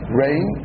rain